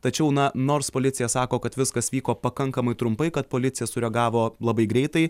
tačiau na nors policija sako kad viskas vyko pakankamai trumpai kad policija sureagavo labai greitai